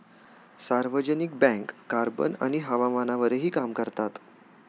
सार्वजनिक bank carbon आणि हवामानावरही काम करतात